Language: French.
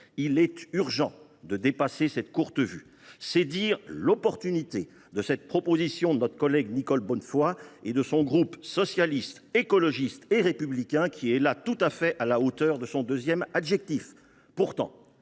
Il est urgent de dépasser cette vision réductrice. C’est dire l’opportunité de cette proposition de loi de notre collègue Nicole Bonnefoy et du groupe Socialiste, Écologiste et Républicain, qui est là tout à fait à la hauteur du deuxième adjectif de son